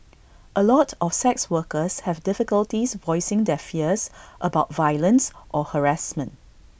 A lot of sex workers have difficulties voicing their fears about violence or harassment